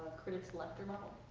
lecter? model.